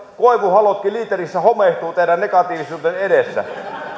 koivuhalkonikin liiterissä homehtuvat teidän negatiivisuutenne edessä